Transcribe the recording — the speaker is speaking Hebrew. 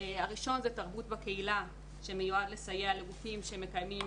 הראשון זה תרבות בקהילה שמיועד לסייע לגופים שמקיימים